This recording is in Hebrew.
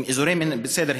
בסדר,